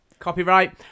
copyright